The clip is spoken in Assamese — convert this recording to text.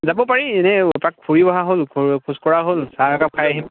যাব পাৰি এনে এপাক ফুৰিও অহা হ'ল খোজ কঢ়া হ'ল চাহ একাপ খাই আহিম